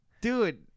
dude